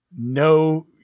no